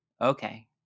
okay